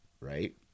right